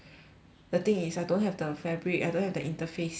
the thing is I don't have the fabric I don't have the interfacing